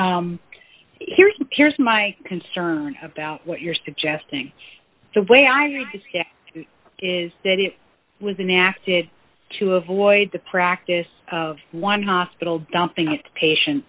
here's here's my concern about what you're suggesting the way i read is that it was enacted to avoid the practice of one hospital dumping his patient